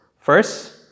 first